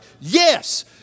yes